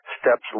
steps